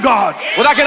God